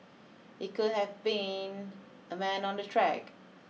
it could have been a man on the track